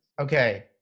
okay